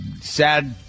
sad